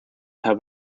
have